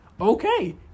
okay